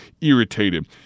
irritated